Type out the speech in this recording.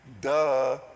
Duh